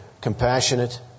compassionate